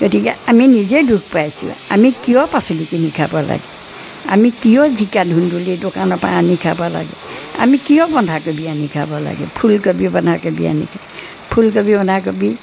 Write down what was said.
গতিকে আমি নিজেই দুখ পাইছোঁ আমি কিয় পাচলি কিনি খাব লাগে আমি কিয় জিকা ধুন্দুলি দোকানৰপৰা আনি খাব লাগে আমি কিয় বন্ধাকবি আনি খাব লাগে ফুলকবি বন্ধাকবি আনি খায় ফুলকবি বন্ধাকবি